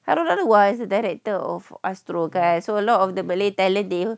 I don't otherwise director of astro guy so a lot of the malay talent they